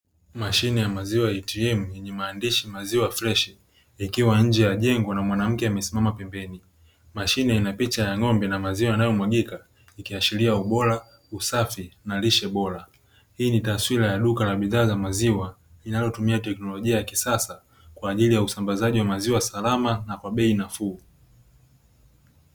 Mashine ya maziwa "ATM" yenye maandishi maziwa freshi, ikiwa nje ya jengo na mwanamke amesimama pemben. Mashine ina picha ya ng'ombe na maziwa yanayomwagika ikiashiria ubora usafi na lishe bora hii ni taswira ya duka la bidhaa za maziwa, linalotumia teknolojia ya kisasa kwa ajili ya usambazi maziwa kwa usalama na bei nafuu.